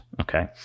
Okay